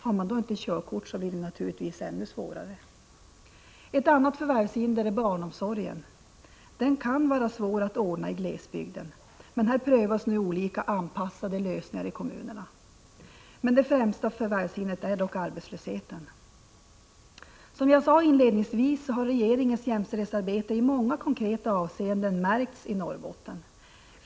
Har man inte körkort, blir det naturligtvis än svårare. Ett annat förvärvshinder är barnomsorgen. Den kan vara svår att ordna i glesbygden. Men här prövas nu olika anpassade lösningar i kommunerna. Det främsta förvärvshindret är dock arbetslösheten. Som jag sade inledningsvis har regeringens jämställdhetsarbete i många konkreta avseenden märkts i Norrbotten.